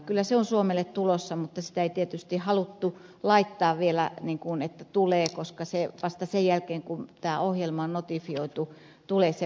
kyllä se on suomelle tulossa mutta sitä ei tietysti haluttu laittaa vielä että tulee koska vasta sen jälkeen kun tämä ohjelma on notifioitu tulee se vahvistus